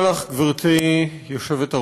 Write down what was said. תודה לך, גברתי היושבת-ראש,